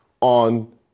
on